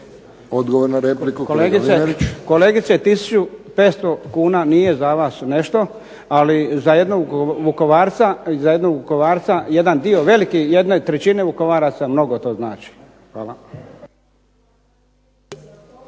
**Mlinarić, Petar (HDZ)** Kolegice 1500 kuna nije za vas nešto, ali za jednog vukovarca jedan dio veliki jedne trećine vukovaraca mnogo to znači. Hvala.